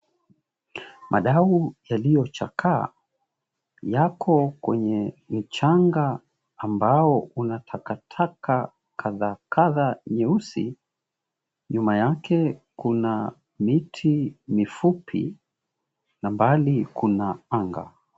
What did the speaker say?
Madau yaliyochakaa yako kwenye mchanga, ambao una taka taka kadha kadha nyeusi. Nyuma yake kuna miti mifupi, na mbali kuna anga.